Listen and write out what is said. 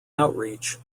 outreach